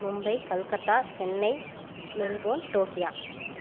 Mumbai Calcutta Chennai Melbourne Tokyo